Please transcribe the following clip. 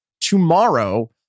tomorrow